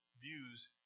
views